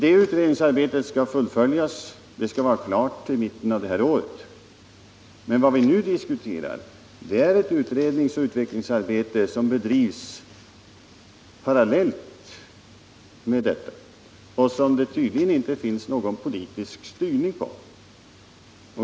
Detta utredningsarbete skall fullföljas och vara klart till mitten av det här året. Men vad vi nu diskuterar är ett utredningsoch utvecklingsarbete som bedrivs parallellt med detta och som tydligen inte har någon politisk styrning.